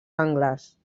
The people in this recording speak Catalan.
angles